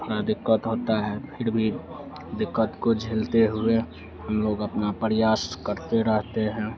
थोड़ी दिक़्क़त होती है फिर भी दिक़्क़त को झेलते हुए हम लोग अपना प्रयास करते रहते हैं